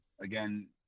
Again